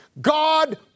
God